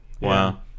wow